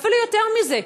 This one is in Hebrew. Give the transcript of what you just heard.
ואפילו יותר מזה,